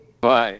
Bye